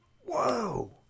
Whoa